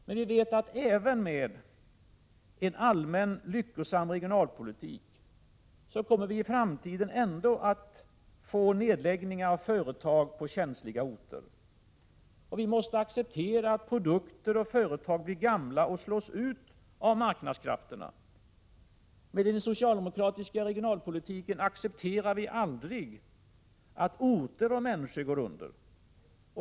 Men vi vet att det även med en allmän och lyckosam regionalpolitik i framtiden ändå kommer att ske nedläggningar av företag på känsliga orter. Vi måste acceptera att produkter och företag blir gamla och slås ut av marknadskrafterna.- Men den socialdemokratiska regionalpolitiken innebär att vi aldrig accepterar att orter och människor går under.